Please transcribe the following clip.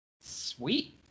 Sweet